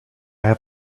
have